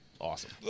awesome